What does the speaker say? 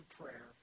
prayer